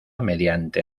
mediante